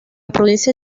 provincia